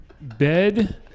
bed